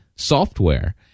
software